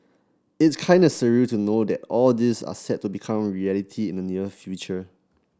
it's kinda surreal to know that all this are set to become reality in the near future